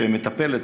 שמטפלת,